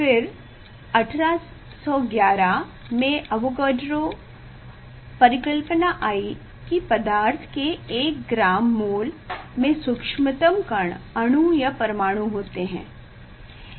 फिर 1811 में आवोगाड्रो परिकल्पना आई कि पदार्थ के एक ग्राम मोल में सुक्छ्तम कण अणु या परमाणु होते हैं